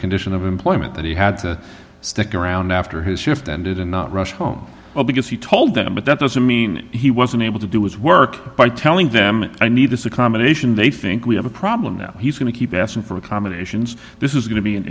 condition of employment that he had to stick around after his shift ended and not rush home well because he told them but that doesn't mean he wasn't able to do is work by telling them i need this accommodation they think we have a problem now he's going to keep asking for accommodations this is going to be an